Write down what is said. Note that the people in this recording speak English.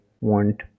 want